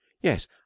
yes